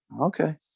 okay